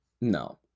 No